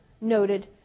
noted